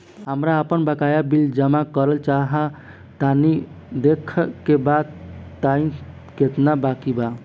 हमरा आपन बाकया बिल जमा करल चाह तनि देखऽ के बा ताई केतना बाकि बा?